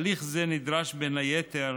הליך זה נדרש בין היתר